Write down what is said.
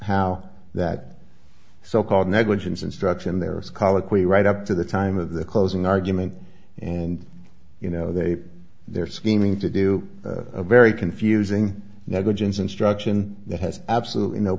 how that so called negligence instruction their scholar cui right up to the time of the closing argument and you know they they're scheming to do a very confusing negligence instruction that has absolutely no